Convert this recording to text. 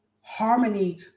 Harmony